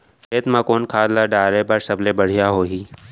खेत म कोन खाद ला डाले बर सबले बढ़िया होही?